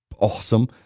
awesome